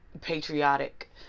patriotic